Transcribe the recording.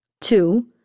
Two